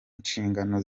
nshingano